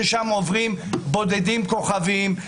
ששם עוברים בודדים שהם כוכבים,